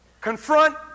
confront